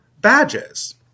badges